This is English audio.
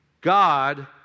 God